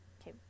Okay